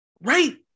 Right